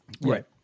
Right